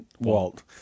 Walt